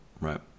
Right